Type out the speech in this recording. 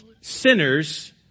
Sinners